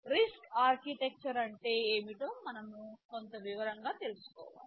RISC architecture అంటే ఏమిటో మనం కొంత వివరంగా తెలుసుకోవాలి